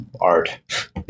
art